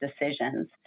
decisions